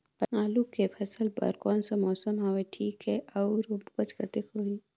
आलू के फसल बर कोन सा मौसम हवे ठीक हे अउर ऊपज कतेक होही?